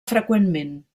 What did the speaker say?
freqüentment